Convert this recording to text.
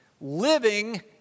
living